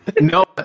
No